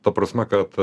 ta prasme kad